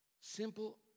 Simple